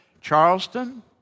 Charleston